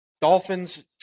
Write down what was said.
Dolphins